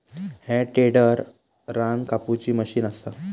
ह्या टेडर रान कापुची मशीन असा